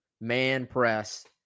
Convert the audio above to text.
man-press